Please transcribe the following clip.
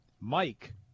Mike